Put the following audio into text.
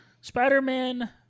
spider-man